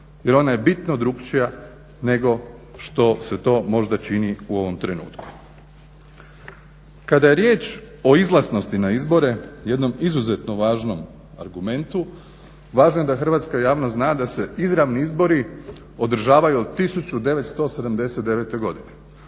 Jer ona je bitno drukčija nego što se to možda čini u ovom trenutku. Kada je riječ o izlaznosti na izbore jednom izuzetno važnom argumentu, važno je da hrvatska javnost zna da se izravni izbori održavaju od 1979. godine,